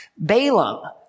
Balaam